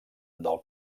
del